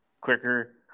quicker